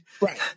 Right